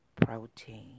protein